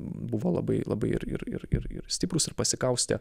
buvo labai labai ir ir ir ir ir stiprūs ir pasikaustę